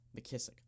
McKissick